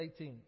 18